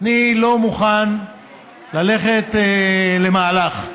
אני לא מוכן ללכת למהלך,